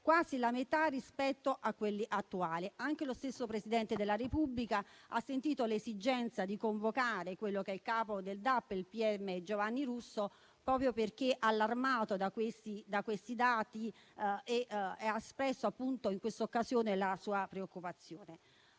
quasi la metà rispetto a quelli attuali. Anche lo stesso Presidente della Repubblica ha sentito l'esigenza di convocare il capo del DAP, il pubblico ministero Giovanni Russo, proprio perché allarmato da questi dati; egli ha espresso in quella occasione la sua preoccupazione.